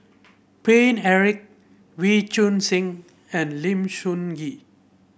Paine Eric Wee Choon Seng and Lim Sun Gee